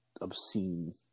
obscene